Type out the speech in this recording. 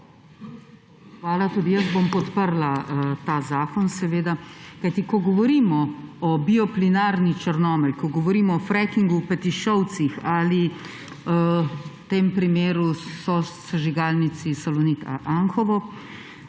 Hvala. Tudi jaz bom seveda podprla ta zakon, kajti ko govorimo o bioplinarni Črnomelj, ko govorimo o frackingu v Petišovcih ali v tem primeru o sosežigalnici Salonit Anhovo,